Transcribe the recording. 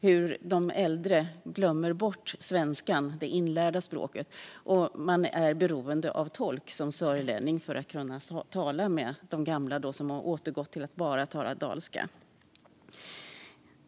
När de äldre glömt bort svenskan - det inlärda språket - är man som sörlänning beroende av tolk för att kunna tala med de gamla som återgått till att bara tala dalska.